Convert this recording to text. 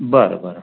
बरं बरं